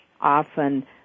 often